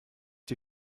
die